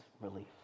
relief